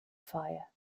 fire